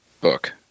book